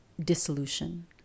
dissolution